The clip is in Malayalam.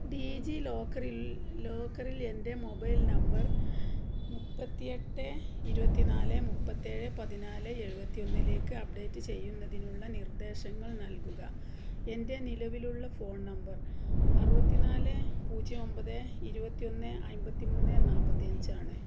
ഡി ജി ലോക്കറിൽ ലോക്കറിൽ എൻ്റെ മൊബൈൽ നമ്പർ മുപ്പത്തിയെട്ട് ഇരുപത്തി നാല് മുപ്പത്തേഴ് പതിനാല് എഴുപത്തിയൊന്നിലേക്ക് അപ്ഡേറ്റ് ചെയ്യുന്നതിനുള്ള നിർദ്ദേശങ്ങൾ നൽകുക എൻ്റെ നിലവിലുള്ള ഫോൺ നമ്പർ അറുപത്തി നാല് പൂജ്യം ഒമ്പത് ഇരുപത്തിയൊന്ന് അമ്പത്തി മൂന്ന് നാൽപ്പത്തി അഞ്ചാണ്